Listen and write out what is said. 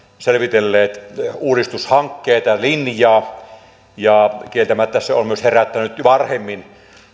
selvitellyt uudistushankkeita ja linjaa kieltämättä se on myös herättänyt varhemmin